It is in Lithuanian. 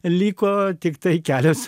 liko tiktai kelios